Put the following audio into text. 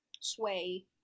sway